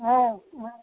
हँ उहे